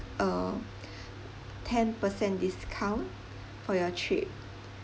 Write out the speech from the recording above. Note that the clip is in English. uh ten percent discount for your trip